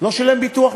חבר הכנסת חיים